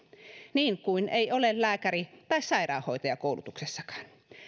niin kuin ei ole lääkäri tai sairaanhoitajakoulutuksessakaan